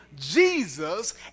Jesus